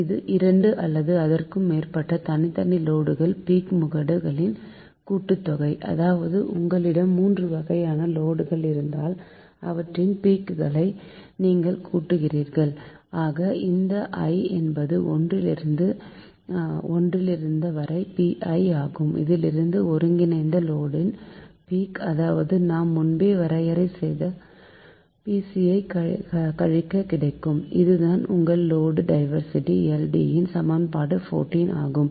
இது 2 அல்லது அதற்குமேற்பட்ட தனித்தனி லோடுகளின் பீக்முகடு களின் கூட்டுத்தொகை அதாவது உங்களிடம் 3 வகையான லோடுகள் இருந்தால் அவற்றின் பீக் களை நீங்கள் கூட்டுகிறீர்கள் ஆக இந்த i என்பது 1 லிருந்து ன் வரை Pi ஆகும் இதிலிருந்து ஒருங்கிணைந்த லோடு ன் பீக் அதாவது நாம் முன்பே வரையறை செய்த P c யை கழிக்க கிடைக்கும் இதுதான் உங்கள் லோடு டைவர்ஸிட்டி LD ன் சமன்பாடு 14 ஆகும்